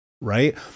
right